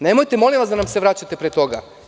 Nemojte molim vas da nam se vraćate pre toga.